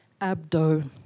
Abdo